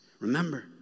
Remember